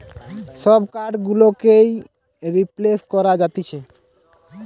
সব কার্ড গুলোকেই রিপ্লেস করা যাতিছে